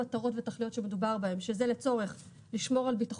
אתם לימדתם אותנו שלא צריך הרבה רישיונות וצריך לצמצם בהם.